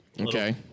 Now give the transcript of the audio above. Okay